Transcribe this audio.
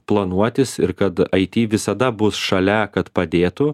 planuotis ir kad aiti visada bus šalia kad padėtų